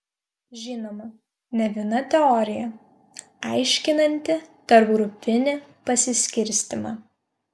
žinoma ne viena teorija aiškinanti tarpgrupinį pasiskirstymą